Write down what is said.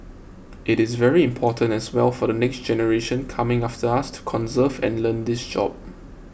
it is very important as well for the next generation coming after us to conserve and learn this job